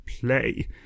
Play